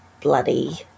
bloody